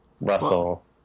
Russell